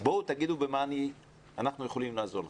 תגידו במה אנחנו יכולים לעזור לכם.